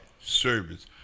service